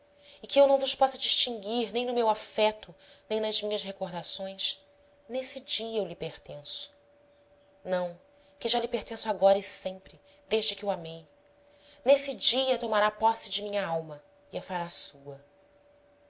e que eu não vos possa distinguir nem no meu afeto nem nas minhas recordações nesse dia eu lhe pertenço não que já lhe pertenço agora e sempre desde que o amei nesse dia tomará posse de minha alma e a fará sua